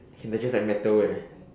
can digest like metal eh